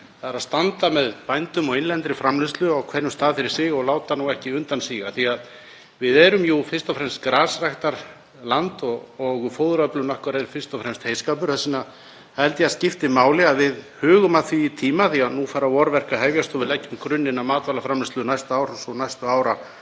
að standa með bændum og innlendri framleiðslu á hverjum stað fyrir sig og láta ekki undan síga. Við erum jú grasræktarland og fóðuröflun okkar er fyrst og fremst heyskapur. Þess vegna held ég að það skipti máli að við hugum að því í tíma því að nú fara vorverk að hefjast og við leggjum grunninn að matvælaframleiðslu næsta árs og næstu ára